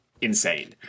insane